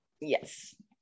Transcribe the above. Yes